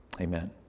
Amen